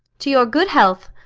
to your good health!